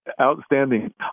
outstanding